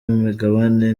imigabane